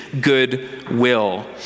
goodwill